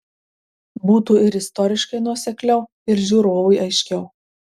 būtų ir istoriškai nuosekliau ir žiūrovui aiškiau